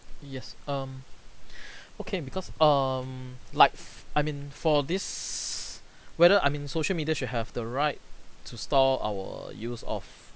yes um okay because um like I mean for this whether I mean social media should have the right to store our use of